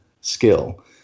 skill